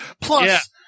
Plus